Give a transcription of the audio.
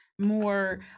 more